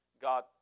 God